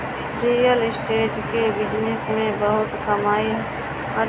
real estate के business में बहुते कमाई बाटे